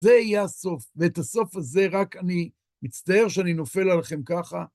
זה יהיה הסוף, ואת הסוף הזה רק אני מצטער שאני נופל עליכם ככה.